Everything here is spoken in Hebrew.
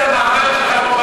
אתה גם מנצל את המעמד